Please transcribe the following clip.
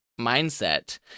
mindset